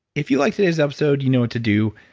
if you like today's episode, you know what to do.